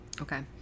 Okay